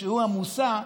שהוא המושא,